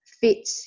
fit